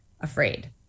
afraid